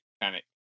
mechanic